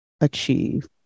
achieve